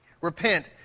repent